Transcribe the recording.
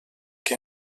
que